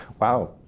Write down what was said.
Wow